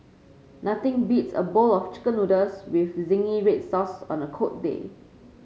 nothing beats a bowl of chicken noodles with zingy red sauce on a cold day